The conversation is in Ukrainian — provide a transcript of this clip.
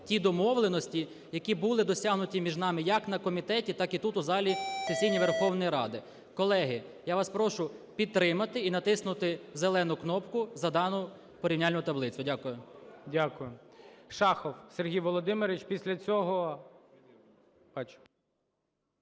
ті домовленості, які були досягнуті між нами, як на комітеті, так і тут в залі сесійній Верховної Ради. Колеги, я вас прошу підтримати і натиснути зелену кнопку за дану порівняльну таблицю. Дякую. ГОЛОВУЮЧИЙ. Дякую. Шахов Сергій Володимирович. Після цього…